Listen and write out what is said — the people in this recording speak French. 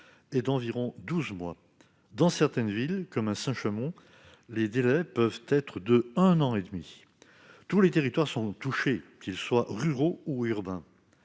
est d'environ douze mois. Dans certaines villes, comme Saint-Chamond, les délais peuvent être d'un an et demi ! Tous les territoires sont touchés, qu'ils soient ruraux ou urbains.